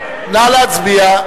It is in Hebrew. הצעת סיעות